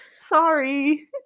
sorry